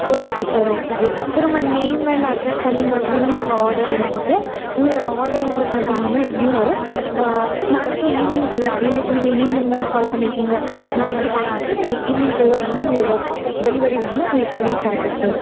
okay sir okay sir sir உங்கள் name and address சொன்னீங்க அப்படின்னா நாங்கள் ஆடர் எடுத்துப்போம் உங்களோட ஆடர் வந்து பார்த்திங்க எப்படியும் ஒரு நாளைக்கு ஈவ்னிங்குள்ளே ஏன்னால் இப்போ நீங்கள் ஈவ்னிங் தானே கால் பண்ணியிருக்கீங்க நாளைக்கு ஆஃப்டனுன் இல்லை ஈவ்னிங்குள்ளே வந்து உங்களோட டெலிவரி வந்து உங்களுக்கு ரீச்சாகிடும் சார்